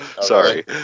Sorry